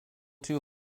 too